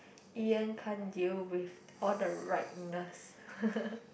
Ian can't deal with all the rightness